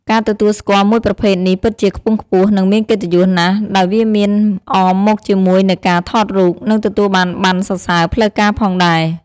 ការទទួលស្គាល់មួយប្រភេទនេះពិតជាខ្ពង់ខ្ពស់ និងមានកិត្តយសណាស់ដោយវាមានអមមកជាមួយនូវការថតរូប និងទទួលបានប័ណ្ណសរសើរផ្លូវការផងដែរ។